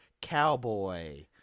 Cowboy